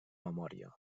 memòria